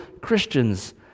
Christians